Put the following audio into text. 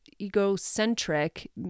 egocentric